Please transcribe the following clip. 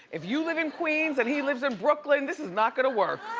if you live in queens and he lives in brooklyn, this is not gonna work.